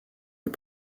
les